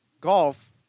golf